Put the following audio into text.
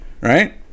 right